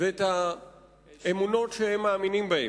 ואת האמונות שהם מאמינים בהם.